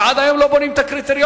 ועד היום לא בונים את הקריטריונים,